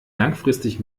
langfristig